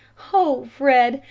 o fred,